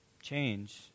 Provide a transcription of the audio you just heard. Change